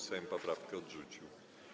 Sejm poprawkę odrzucił.